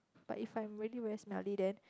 but if I'm really very smelly then